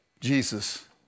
Jesus